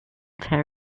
tear